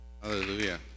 Hallelujah